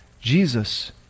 Jesus